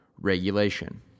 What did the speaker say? Regulation